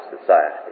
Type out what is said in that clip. society